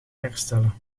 herstellen